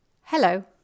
Hello